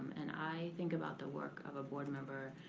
and i think about the work of a board member,